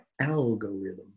algorithm